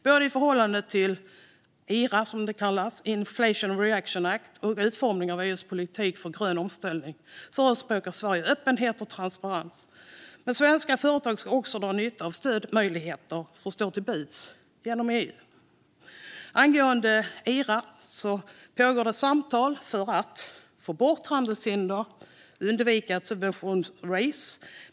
Både i förhållande till Inflation Reduction Act, IRA, och i utformningen av EU:s politik för grön omställning förespråkar Sverige öppenhet och transparens. Men svenska företag ska också dra nytta av de stödmöjligheter som står till buds genom EU. Angående IRA pågår det samtal för att få bort handelshinder och undvika ett subventionsrace.